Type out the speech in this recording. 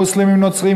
מוסלמים נוצרים,